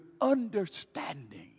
understanding